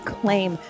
claim